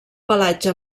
pelatge